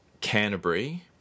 Canterbury